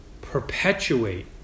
perpetuate